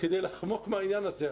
כדי לחמוק מהעניין הזה.